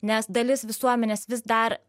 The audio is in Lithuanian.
nes dalis visuomenės vis dar